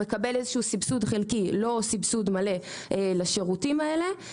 הוא מקבל איזשהו סבסוד חלקי לא סבסוד מלא לשירותים האלה.